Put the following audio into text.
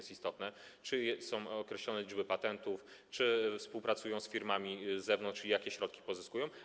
Chodzi o to, czy są określone liczby patentów, czy współpracują z firmami z zewnątrz i jakie środki pozyskują.